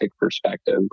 perspective